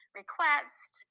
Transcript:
request